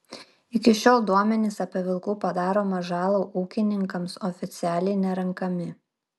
iki šiol duomenys apie vilkų padaromą žalą ūkininkams oficialiai nerenkami